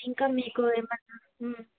ఇంకా మీకు ఏమైనా